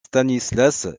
stanislas